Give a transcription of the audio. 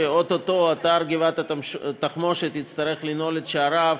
שאו-טו-טו אתר גבעת-התחמושת יצטרך לנעול את שעריו,